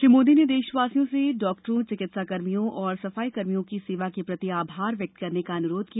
श्री मोदी ने देशवासियों से डॉक्टरों चिकित्सा कर्मियों और सफाई कर्मचारियों की सेवा के प्रति आभार व्यक्त करने का अनुरोध किया